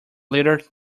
littered